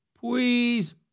please